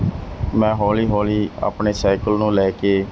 ਮੈਂ ਹੌਲੀ ਹੌਲੀ ਆਪਣੇ ਸਾਈਕਲ ਨੂੰ ਲੈ ਕੇ